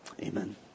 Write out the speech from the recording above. Amen